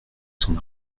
son